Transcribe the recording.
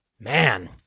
Man